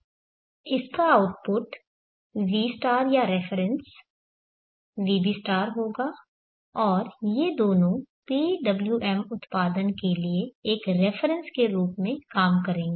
इसका output vα या reference vβ होगा और ये दोनों PWM उत्पादन के लिए एक रेफरेन्स के रूप में काम करेंगे